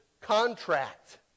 contract